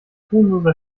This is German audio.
tonloser